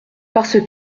parce